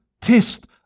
test